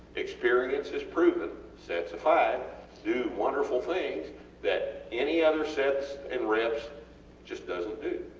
experience is proven sets of five do wonderful things that any other sets and reps just doesnt do.